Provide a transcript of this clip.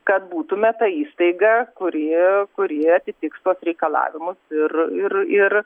kad būtume ta įstaiga kuri kuri atitiks tuos reikalavimus ir ir ir